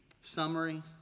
Summary